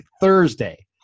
Thursday